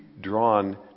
drawn